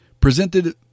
Presented